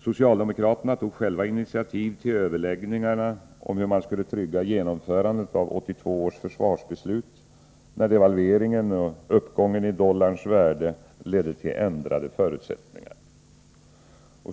Socialdemokraterna tog själva initiativ till överläggningarna om hur man skulle trygga genomförandet av 1982 års försvarsbeslut, när devalveringen och uppgången i dollarns värde ledde till ändrade förutsättningar.